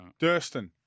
Durston